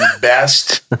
best